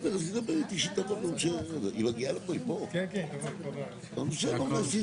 אין פה וועדה משותפת.